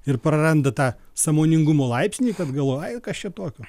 ir praranda tą sąmoningumo laipsnį kad galvoju ai kas čia tokio